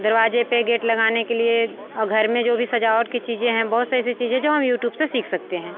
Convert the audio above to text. दरवाज़े पर गेट लगाने के लिए घर में जो भी सजावट की चीज़ें हैं बहुत सारी ऐसी चीज़ है जो हम यूट्यूब से सीख सकते हैं